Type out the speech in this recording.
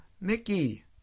Mickey